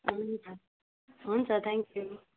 हुन्छ हुन्छ थ्याङ्कयू